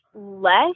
less